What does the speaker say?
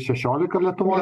šešiolika lietuvoj